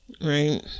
Right